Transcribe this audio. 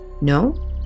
No